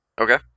Okay